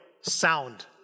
sound